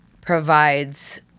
provides